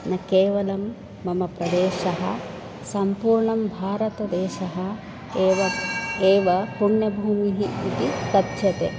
न केवलं मम प्रदेशः सम्पूर्णं भारतदेशः एव एव पुण्यभूमिः इति कथ्यते